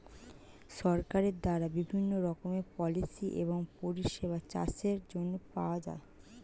সরকারের দ্বারা বিভিন্ন রকমের পলিসি এবং পরিষেবা চাষের জন্য পাওয়া যায়